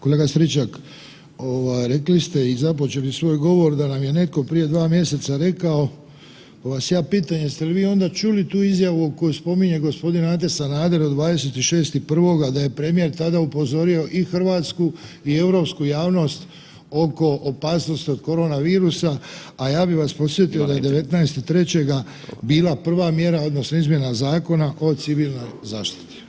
Kolega Stričak rekli ste i započeli svoj govor da nam je netko prije 2 mjeseca rekao, pa vas ja pitam jeste li vi onda čuli tu izjavu koju spominje gospodin Ante Sanader od 26.1. da je premijer tada upozorio i Hrvatsku i europsku javnost oko opasnosti od korona virusa, a ja bih vas podsjetio da je 19.3 bila prva mjera odnosno izmjena Zakona o civilnoj zaštiti.